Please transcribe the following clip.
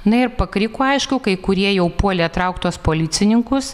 na ir pakriko aišku kai kurie jau puolė traukt tuos policininkus